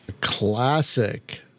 classic